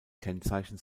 kennzeichen